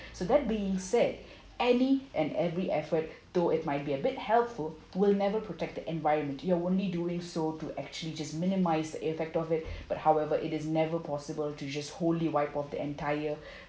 so that being said any and every effort though it might be a bit helpful will never protect the environment you're only doing so to actually just minimise effect of it but however it is never possible to just wholly wipe off the entire